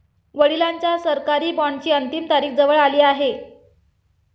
वडिलांच्या सरकारी बॉण्डची अंतिम तारीख जवळ आली आहे